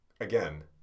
Again